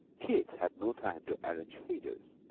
keith had no time to arrange feathers.